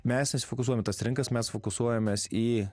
mes nesifiksuojam į tas rinkas mes fokusuojamės į